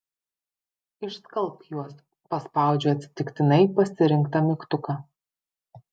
išskalbk juos paspaudžiu atsitiktinai pasirinktą mygtuką